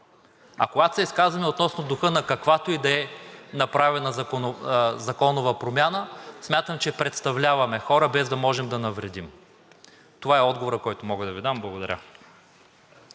А когато се изказваме относно духа на каквато и да е направена законова промяна, смятам, че представляваме хора, без да можем да навредим. Това е отговорът, който мога да Ви дам. Благодаря.